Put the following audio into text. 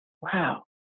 wow